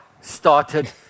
started